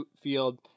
field